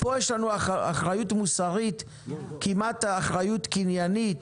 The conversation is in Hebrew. פה יש לנו אחריות מוסרית, כמעט אחריות קניינית,